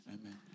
Amen